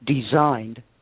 designed